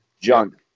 junk